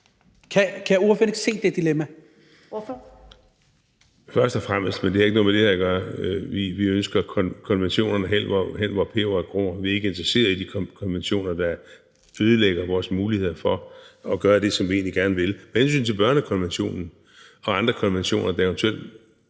Kl. 23:06 Søren Espersen (DF): Først og fremmest, men det har ikke noget med det her at gøre, ønsker vi konventionerne hen, hvor peberet gror. Vi er ikke interesserede i de konventioner, der ødelægger vores muligheder for at gøre det, som vi egentlig gerne vil. Med hensyn til børnekonventionen og andre konventioner, der eventuelt